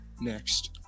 next